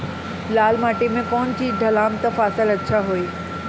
लाल माटी मे कौन चिज ढालाम त फासल अच्छा होई?